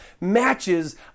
matches